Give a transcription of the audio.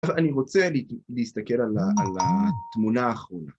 אני רוצה להסתכל על התמונה האחרונה.